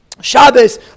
Shabbos